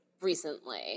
recently